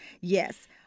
Yes